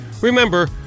Remember